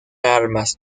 armas